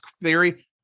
theory